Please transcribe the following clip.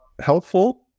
helpful